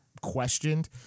questioned